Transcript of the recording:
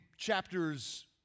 Chapters